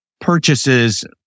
purchases